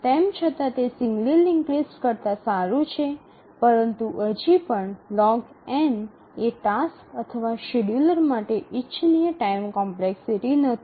તેમ છતાં તે સિંગલી લિન્ક્ડ લિસ્ટ કરતાં સારું છે પરંતુ હજી પણ log n એ ટાસ્ક અથવા શેડ્યૂલર માટે ઇચ્છનીય ટાઇમ કોમ્પલેકસીટી નથી